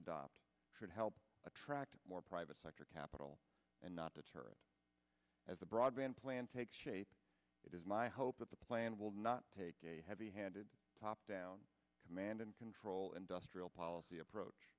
adopt should help attract more private sector capital and not deter it as the broadband plan takes shape it is my hope that the plan will not take a heavy handed top down command and control industrial policy approach